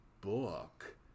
book